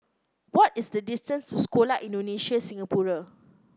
what is the distance to Sekolah Indonesia Singapura